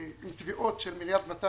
עם תביעות של 1.2 מיליארד,